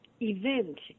event